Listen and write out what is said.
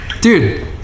Dude